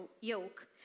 yoke